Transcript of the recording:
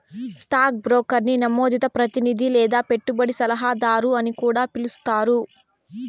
stock బ్రోకర్ని నమోదిత ప్రతినిది లేదా పెట్టుబడి సలహాదారు అని కూడా పిలిస్తారు